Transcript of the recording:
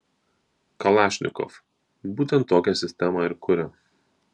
kalašnikov būtent tokią sistemą ir kuria